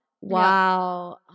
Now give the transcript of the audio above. Wow